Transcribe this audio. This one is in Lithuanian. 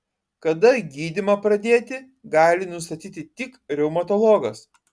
kada gydymą pradėti gali nustatyti tik reumatologas